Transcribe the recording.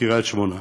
מקריית-שמונה,